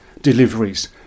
deliveries